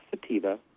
sativa